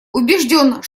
убежден